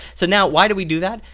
so, now why do we do that?